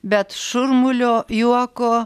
bet šurmulio juoko